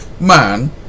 man